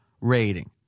rating